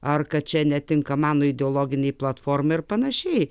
ar kad čia netinka mano ideologiniai platformai ir panašiai